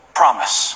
promise